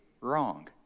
wrong